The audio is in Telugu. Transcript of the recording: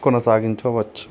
కొనసాగించవచ్చు